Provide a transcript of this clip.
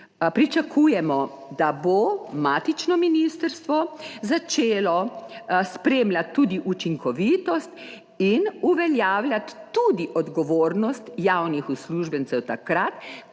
pričakujemo, da bo matično ministrstvo začelo spremljati tudi učinkovitost in uveljavljati tudi odgovornost javnih uslužbencev takrat,